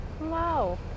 Wow